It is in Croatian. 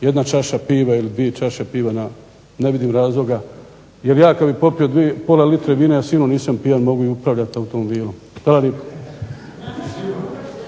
jedna čaša piva ili dvije čaše piva, ne vidim razloga, jer ja kad bih popio pola litre vina ja sigurno nisam pijan, mogu i upravljat automobilom.